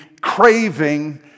craving